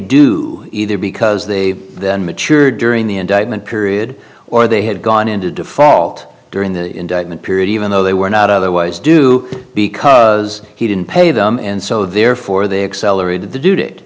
do either because they then matured during the indictment period or they had gone into default during the indictment period even though they were not otherwise do because he didn't pay them and so therefore they accelerated